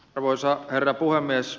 arvoisa herra puhemies